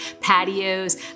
patios